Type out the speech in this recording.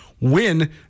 win